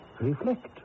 reflect